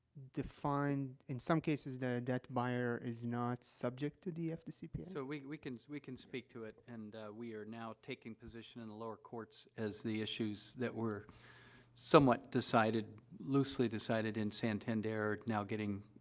defined, in some cases, the debt buyer is not subject to the fdcpa. so, we we can we can speak to it, and, ah, we are now taking position in the lower courts as the issues that were somewhat decided loosely decided in santander are now getting,